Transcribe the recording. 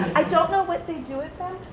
i don't know what they do with them,